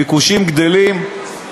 הביקושים גדלים,